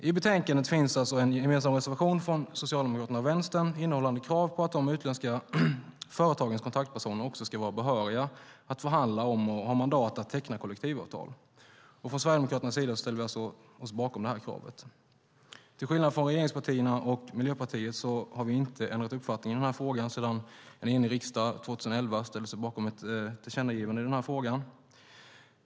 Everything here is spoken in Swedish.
I betänkandet finns alltså en gemensam reservation från Socialdemokraterna och Vänstern innehållande krav på att de utländska företagens kontaktpersoner också ska vara behöriga att förhandla om och ha mandat att teckna kollektivavtal. Från Sverigedemokraternas sida ställer vi oss alltså bakom kravet. Till skillnad från regeringspartierna och Miljöpartiet har vi inte ändrat uppfattning i den här frågan sedan en enig riksdag 2011 ställde sig bakom ett tillkännagivande i frågan.